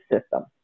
system